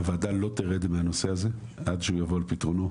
הוועדה לא תרד מהנושא הזה עד שהוא יבוא על פתרונו.